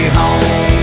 home